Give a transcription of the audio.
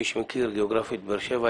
מי שמכיר גיאוגרפית את באר שבע,